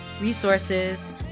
resources